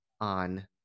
on